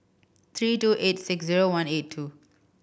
three two eight six zero one eight two